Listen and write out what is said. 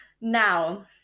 Now